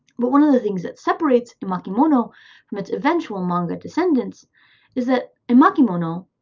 but one of the things that separates emakimono from its eventual manga descendants is that emakimono,